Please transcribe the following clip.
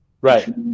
Right